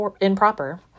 improper